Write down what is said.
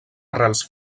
arrels